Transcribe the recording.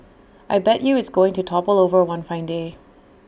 I bet you it's going to topple over one fine day